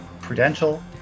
Prudential